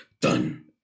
done